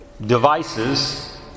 devices